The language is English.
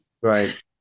Right